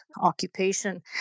occupation